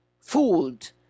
fooled